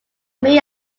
made